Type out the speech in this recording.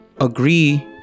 agree